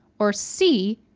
or c,